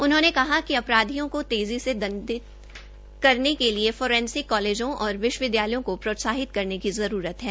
उन्होंने कहा कि अपराधियों को तेज़ी से दंडित करने के लिए फोरेंसिक कालेजों और विश्वविदयालयों को प्रोत्साहित करने की जरूरत है